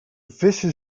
vissen